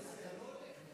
נתקבלה.